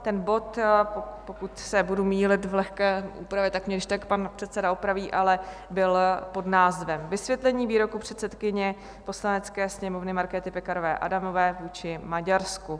Ten bod, pokud se budu mýlit v lehké úpravě, tak mě kdyžtak pan předseda opraví, byl pod názvem Vysvětlení výroku předsedkyně Poslanecké sněmovny Markéty Pekarové Adamové vůči Maďarsku.